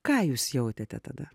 ką jūs jautėte tada